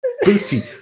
Booty